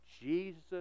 Jesus